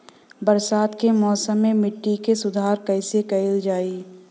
बरसात के मौसम में मिट्टी के सुधार कइसे कइल जाई?